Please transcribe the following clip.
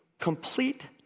complete